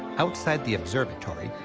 outside the observatory,